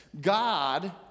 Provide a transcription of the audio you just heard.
God